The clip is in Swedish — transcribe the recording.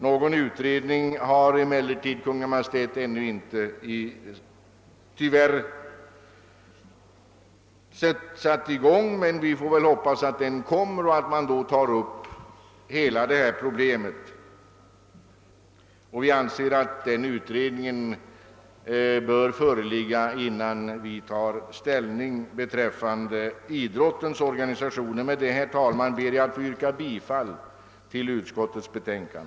Någon utredning har Kungl. Maj:t emellertid tyvärr ännu inte tillsatt, men vi får väl hoppas att den kommer och att den tar upp hela detta problem. Vi anser att den utredningen bör föreligga innan vi tar ställning beträffande idrottens organisationer. Med detta, herr talman, ber jag att få yrka bifall till utskottets hemställan.